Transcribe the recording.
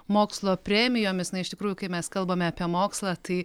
mokslo premijomis na iš tikrųjų kai mes kalbame apie mokslą tai